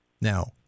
Now-